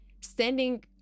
standing